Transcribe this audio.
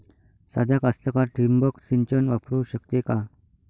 सादा कास्तकार ठिंबक सिंचन वापरू शकते का?